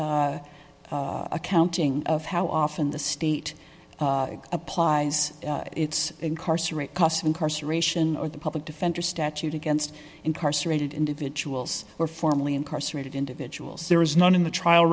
accounting of how often the state applies its incarcerate costs of incarceration or the public defender statute against incarcerated individuals were formally incarcerated individuals there is none in the trial